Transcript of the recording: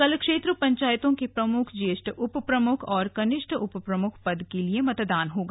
कल क्षेत्र पंचायतों के प्रमुख ज्येष्ठ उप प्रमुख और कनिष्ठ उप प्रमुख पद के लिए मतदान होगा